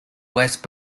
west